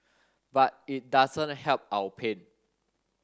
but it doesn't help our pain